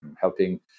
helping